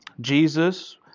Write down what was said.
Jesus